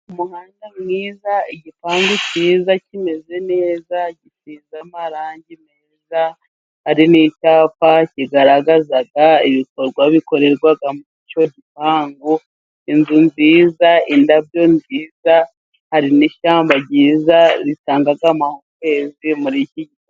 Umuhanda mwiza, igipangu cyiza kimeze neza gisize amarangi meza. Hari n'icyapa kigaragaza ibikorwa bikorerwaga muri icyo gipangu. Inzu nziza ,indayo nziza hari n'ishyamba ryiza zitanga amambezi muri iki........